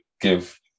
give